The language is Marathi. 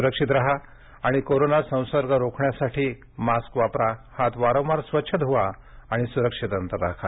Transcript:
सुरक्षित राहा आणि कोरोना संसर्ग रोखण्यासाठी मास्क वापरा हात वारंवार स्वच्छ धुवा आणि सुरक्षित अंतर राखा